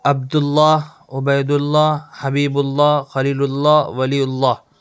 Abdul Allah Ubaidullah Habibullah Khalilullah Wali Allah